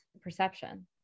perception